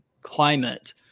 climate